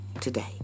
today